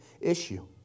issue